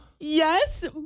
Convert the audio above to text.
Yes